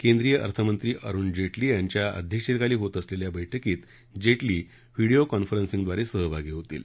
केंद्रीय अर्थमंत्री अरुण जेटली यांच्या अध्यक्षतेखाली होत असलेल्या या बैठकीत जेटली व्हिडीओ कॉन्फरन्सिंगद्वारे सहभागी होतील